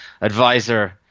advisor